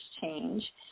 change